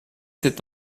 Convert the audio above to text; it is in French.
sept